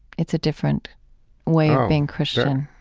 it's a different way of being christian